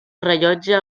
rellotge